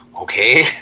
okay